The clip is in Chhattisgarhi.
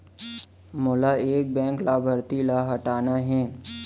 मोला एक बैंक लाभार्थी ल हटाना हे?